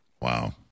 Wow